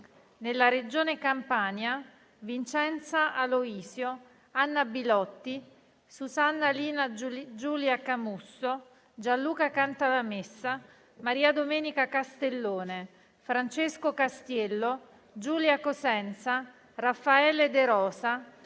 nella Regione Campania: Vincenza Aloisio, Anna Bilotti, Susanna Lina Giulia Camusso, Gianluca Cantalamessa, Maria Domenica Castellone, Francesco Castiello, Giulia Cosenza, Raffaele De Rosa,